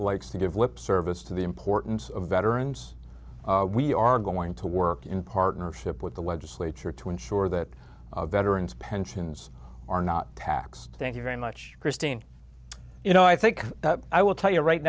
likes to give lip service to the importance of veterans we are going to work in partnership with the legislature to ensure that veterans pensions are not taxed thank you very much christine you know i think that i will tell you right